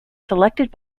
selected